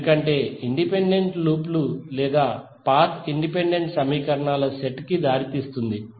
ఎందుకంటే independent loop లు లేదా పాత్ ఇండిపెండెంట్ సమీకరణాల సెట్ కి దారితీస్తుంది